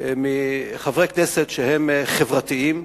מחברי כנסת שהם חברתיים.